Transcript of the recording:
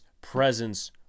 presence